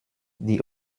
die